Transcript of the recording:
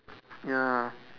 ya